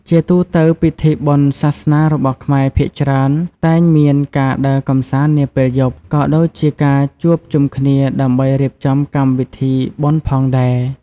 ជាទូទៅ ពិធីបុណ្យសាសនារបស់ខ្មែរភាគច្រើនតែងមានការដើរកម្សាន្តនាពេលយប់ ក៏ដូចជាការជួបជុំគ្នាដើម្បីរៀបចំកម្មវិធីបុណ្យផងដែរ។